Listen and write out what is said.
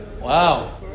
Wow